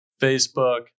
Facebook